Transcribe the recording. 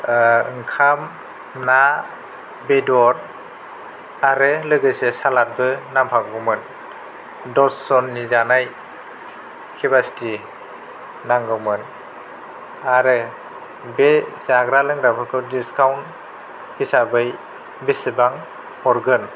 ओंखाम ना बेदर आरो लोगोसे सालादबो नांफागौमोन दसजननि जानाय केपेसिटि नांगौमोन आरो बे जाग्रा लोंग्राफोरखौ डिस्काउन्ट हिसाबै बेसेबां हरगोन